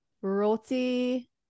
roti